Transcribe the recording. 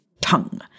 tongue